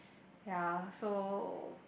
ya so